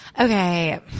Okay